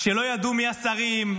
שלא ידעו מי השרים,